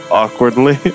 awkwardly